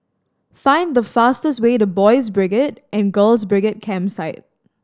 find the fastest way to Boys' Brigade and Girls' Brigade Campsite